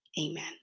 Amen